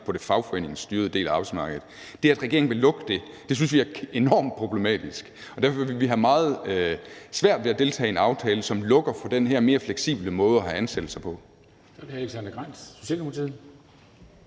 på den fagforeningsstyrede del af arbejdsmarkedet, synes vi er enormt problematisk, og derfor vil vi have meget svært ved at deltage i en aftale, som lukker for den her mere fleksible måde at have ansættelser på. Kl. 15:48 Formanden (Henrik